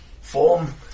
Form